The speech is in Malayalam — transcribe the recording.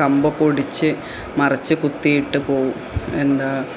കമ്പൊക്കെ ഒടിച്ച് മറിച്ച് കുത്തിയിട്ട് പോവും എന്താണ്